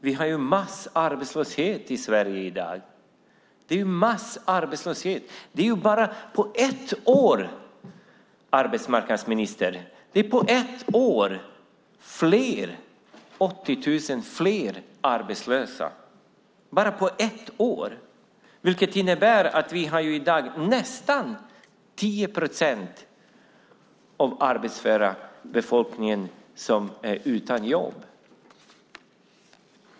Vi har massarbetslöshet i Sverige i dag. På ett år, arbetsmarknadsministern, har det blivit 80 000 fler arbetslösa. Det innebär att i dag är nästan 10 procent av den arbetsföra befolkningen utan jobb.